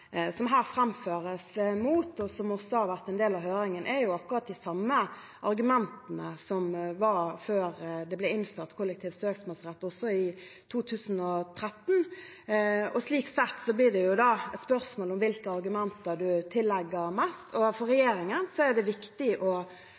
som her framføres mot, og som også har vært en del av høringen, er akkurat de samme argumentene som var før det ble innført kollektiv søksmålsrett i 2013. Slik sett blir det et spørsmål om hvilke argumenter man legger mest vekt på. For